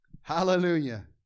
Hallelujah